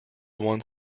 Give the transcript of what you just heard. one